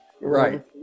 Right